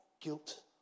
guilt